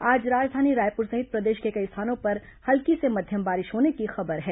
आज राजधानी रायपुर सहित प्रदेश के कई स्थानों पर हल्की से मध्यम बारिश होने की खबर है